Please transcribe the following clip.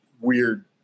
weird